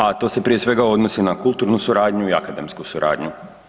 A to se prije svega odnosi na kulturnu suradnju i akademsku suradnju.